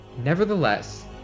Nevertheless